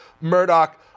Murdoch